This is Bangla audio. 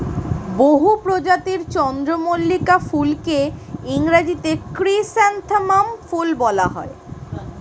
বহু প্রজাতির চন্দ্রমল্লিকা ফুলকে ইংরেজিতে ক্রিস্যান্থামাম ফুল বলা হয়